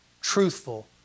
truthful